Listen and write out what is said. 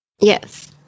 Yes